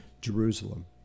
Jerusalem